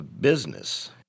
business